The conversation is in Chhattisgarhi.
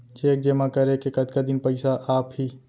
चेक जेमा करे के कतका दिन बाद पइसा आप ही?